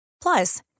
Plus